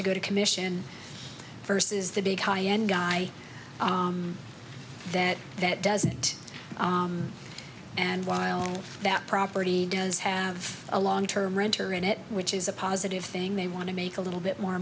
to go to commission first is the big high end guy that that doesn't and while that property does have a long term renter in it which is a positive thing they want to make a little bit more